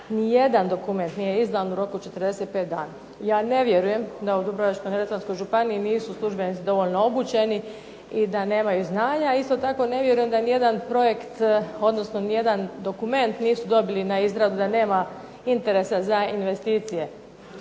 ni jedan dokument nije izdan u roku 45 dana. Ja ne vjerujem da u Dubrovačko-neretvanskoj županiji nisu službenici dovoljno obučeni, i da nemaju znanja, isto tako ne vjerujem da ni jedan projekt, odnosno ni jedan dokument nisu dobili na izradu, da nema interesa za investicije.